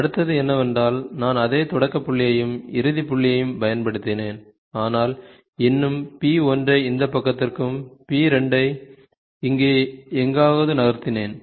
அடுத்தது என்னவென்றால் நான் அதே தொடக்க புள்ளியையும் இறுதிப் புள்ளியையும் பயன்படுத்தினேன் ஆனால் இன்னும் p 1 ஐ இந்த பக்கத்திற்கும் p 2 இங்கே எங்காவது நகர்த்தினேன்